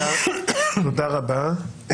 תודה רבה.